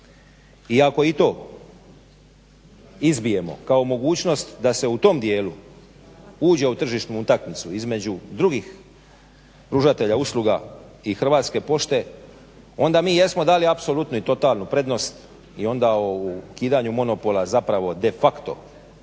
I ako i to izbijemo kao mogućnost da se u tom dijelu uđe u tržišnu utakmicu između drugih pružatelja usluga i Hrvatske pošte onda mi jesmo dali apsolutno i totalnu prednost i onda o ukidanju monopola zapravo de facto nema